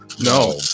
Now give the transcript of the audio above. No